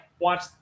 watch